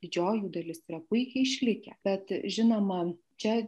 didžioji jų dalis yra puikiai išlikę bet žinoma čia